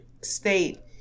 state